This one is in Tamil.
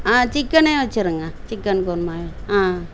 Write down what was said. ஆ சிக்கனையும் வச்சிருங்க சிக்கன் குருமா ஆ